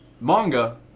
manga